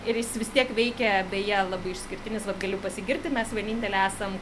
ir jis vis tiek veikia beje labai išskirtinis vat galiu pasigirti mes vieninteliai esam